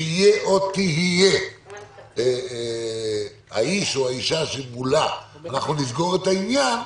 שתהיה או יהיה האיש או האישה שמולם נסגר את העניין,